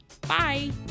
Bye